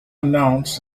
announce